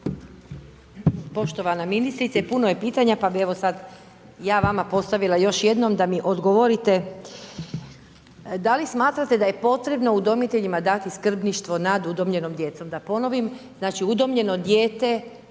Poštovana ministrice puno je pitanja, pa bih evo sada ja vama postavila još jednom da mi odgovorite. Da li smatrate da je potrebno udomiteljima dati skrbništvo nad udomljenom djecom? Da ponovim, znači udomljeno dijete